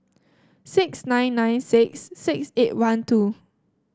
six nine nine six six eight one two